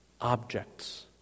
objects